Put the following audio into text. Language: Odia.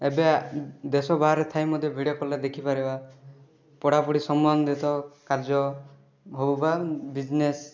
ଏବେ ଦେଶ ବାହାରେ ଥାଇ ମଧ୍ୟ ଭିଡ଼ିଓ କଲ୍ରେ ଦେଖିପାରିବା ପଢ଼ାପଢ଼ି ସମ୍ବନ୍ଧିତ କାର୍ଯ୍ୟ ହେଉ ବା ବିଜନେସ୍